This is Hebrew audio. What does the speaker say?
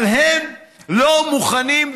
אבל הם לא מוכנים,